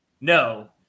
no